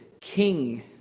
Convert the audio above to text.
king